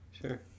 sure